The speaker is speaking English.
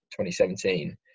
2017